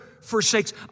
forsakes